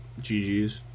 GG's